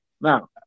Now